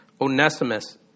Onesimus